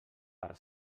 per